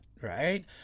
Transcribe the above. Right